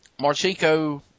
Marchico